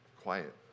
Quiet